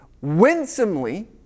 winsomely